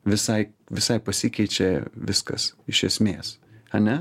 visai visai pasikeičia viskas iš esmės ane